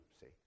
see